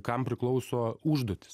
kam priklauso užduotys